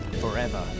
forever